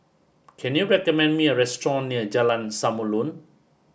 can you recommend me a restaurant near Jalan Samulun